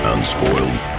Unspoiled